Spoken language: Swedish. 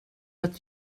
att